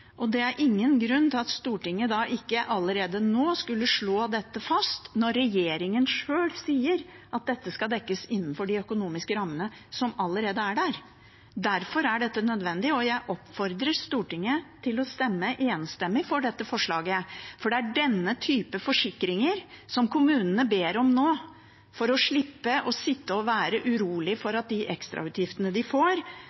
Det er ingen grunn til at Stortinget ikke allerede nå skulle slå dette fast når regjeringen sjøl sier at dette skal dekkes innenfor de økonomiske rammene som allerede er der. Derfor er dette nødvendig, og jeg oppfordrer Stortinget til å stemme for dette forslaget. For det er denne type forsikringer som kommunene ber om nå for å slippe å sitte og være urolig for